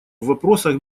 вопросах